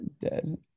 Dead